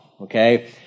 Okay